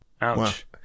Ouch